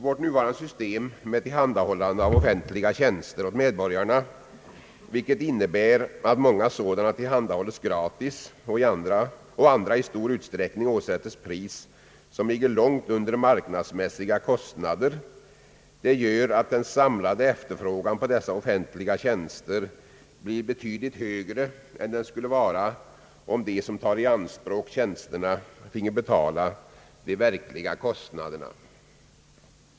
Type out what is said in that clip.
Vårt nuvarande system med tillhandahållande av offentliga tjänster åt medborgarna, vilket innebär att många sådana tillhandahålles gratis och andra i stor utsträckning åsättes ett pris som ligger långt under marknadsmässiga kostnader, gör att den samlade efterfrågan på dessa offentliga tjänster blir betydligt högre än den skulle vara om de som tar tjänsterna i anspråk finge betala de verkliga kostnaderna.